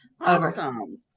awesome